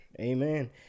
Amen